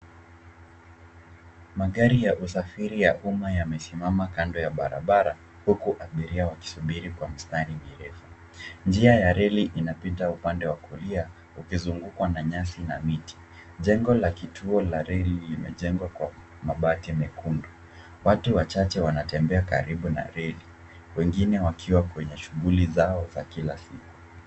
Magari ya usafiri ya umma yamesimama kando ya barabara huku abiria wakisubiri kwa mistari mirefu. Njia ya reli inapita upande wa kulia ikizingukwa na nyasi na miti. Jengo la kituo la reli limejengwa kwa mabati mekundu. Watu wachache wanatembea karibu na reli wengine wakiwa kwenye shughuli zao za kila siku.